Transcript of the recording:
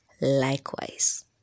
likewise